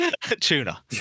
Tuna